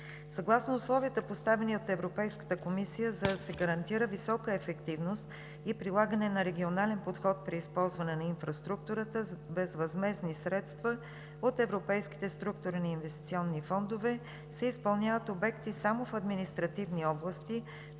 Съгласно условията, поставени от Европейската комисия, за да се гарантира висока ефективност и прилагане на регионален подход при използване на инфраструктурата, с безвъзмездни средства от Европейските структурни инвестиционни фондове се изпълняват обекти само в административни области,